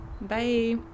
bye